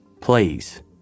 Please